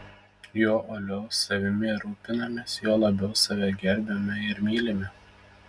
juo uoliau savimi rūpinamės juo labiau save gerbiame ir mylime